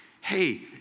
hey